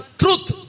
truth